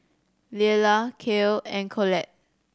Leala Cale and Colette